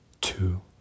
Two